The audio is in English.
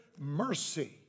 mercy